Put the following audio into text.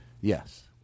Yes